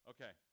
Okay